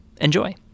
Enjoy